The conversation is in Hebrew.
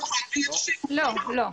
לא.